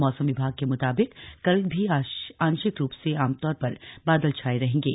मौसम विभाग के मुताबिक कल भी आंशिक रूप से आमतौर पर बादल छाये रहेंगे